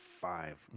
five